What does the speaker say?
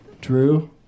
Drew